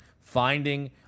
finding